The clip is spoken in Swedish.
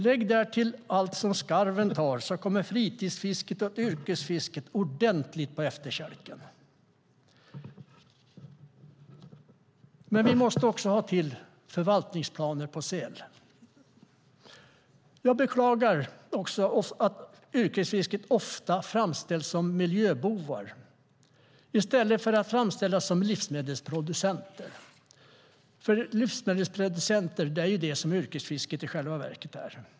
Lägg därtill allt som skarven tar, och fritidsfisket och yrkesfisket hamnar ordentligt på efterkälken. Vi måste ha förvaltningsplaner även för säl. Jag beklagar att yrkesfisket ofta framställs som miljöbov i stället för att framställas som livsmedelsproducent, vilket yrkesfisket i själva verket är.